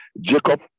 Jacob